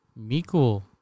Miku